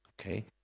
Okay